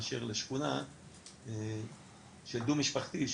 מאשר לשכונה של דו משפחתי,